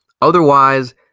Otherwise